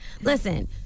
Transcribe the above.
listen